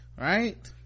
right